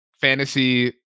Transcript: Fantasy